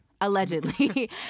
allegedly